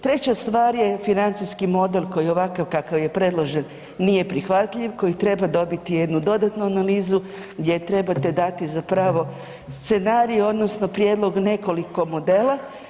Treća stvar je financijski model koji ovakav kakav je predložen nije prihvatljiv, koji treba dobiti jednu dodatnu analizu gdje trebate dati scenarij odnosno prijedlog nekoliko modela.